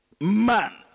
man